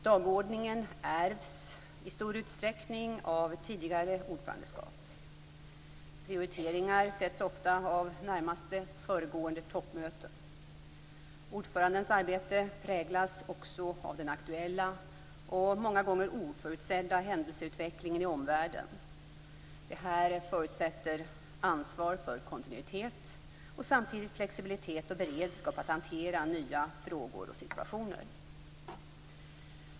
Dagordningen ärvs i stor utsträckning av tidigare ordförandeskap. Prioriteringar sätts ofta av närmaste föregående toppmöten. Ordförandens arbete präglas också av den aktuella och många gånger oförutsedda händelseutvecklingen i omvärlden. Det här förutsätter ansvar för kontinuitet, och samtidigt flexibilitet och beredskap att hantera nya frågor och situationer.